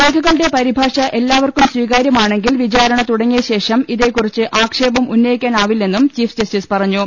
രേഖ കളുടെ പരിഭാഷ എല്ലാവർക്കും സ്വീകാര്യമാണെങ്കിൽ വിചാരണ തുടങ്ങിയ ശേഷം ഇതേ കുറിച്ച് ആക്ഷേപം ഉന്നയിക്കാനാവി ല്ലെന്നും ചീഫ് ജസ്റ്റിസ് പറഞ്ഞു